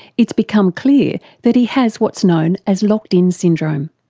it's become clear that he has what's known as locked-in syndrome.